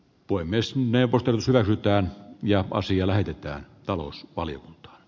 puhemiesneuvosto edellyttää ja osia lähetetään talous oli j